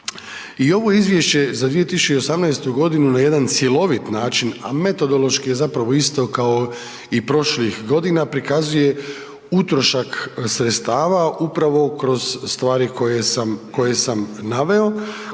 I ovo Izvješće za 2018. g. na jedan cjelovit način, a metodološki je zapravo isto kao i prošlih godina, prikazuje utrošak sredstava upravo kroz stvari koje sam naveo,